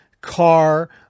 car